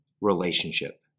relationship